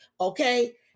Okay